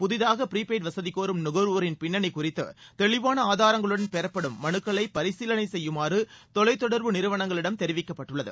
புதிதாக ப்ரீபெய்டு வசதி கோரும் நுக்வோரின் பின்னணி குறித்து தெளிவான ஆதாரங்களுடன் பெறப்படும் மனுக்களை பரிசீலனை செய்யுமாறு தொலைத்தொடர்பு நிறுவளங்களிடம் தெரிவிக்கப்பட்டுள்ளது